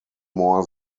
more